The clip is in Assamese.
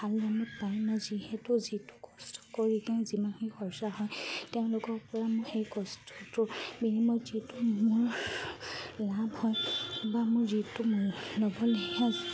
ভাল মানুহ পায় না যিহেতু যিটো কষ্ট কৰি তেওঁ যিমানখিনি খৰচা হয় তেওঁলোকৰ পৰা মোৰ সেই কষ্টটোৰ বিনিময়ত মই যিটো মোৰ লাভ হয় বা মোৰ যিটো মোৰ ৰ'ব লাগে